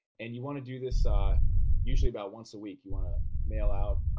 and you want to do this ah usually about once a week. you want to mail out